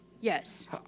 Yes